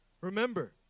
Remember